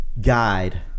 guide